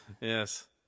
Yes